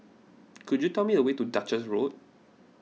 could you tell me the way to Duchess Road